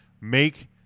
make